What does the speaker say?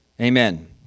Amen